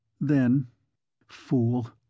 Then—fool